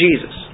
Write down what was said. Jesus